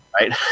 Right